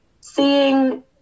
seeing